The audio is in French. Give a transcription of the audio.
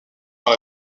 dans